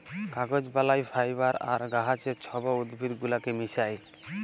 কাগজ বালায় ফাইবার আর গাহাচের ছব উদ্ভিদ গুলাকে মিশাঁয়